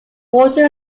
water